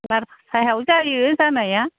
लाल साहायाव जायो जानाया